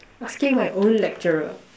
asking my own lecturer